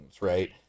Right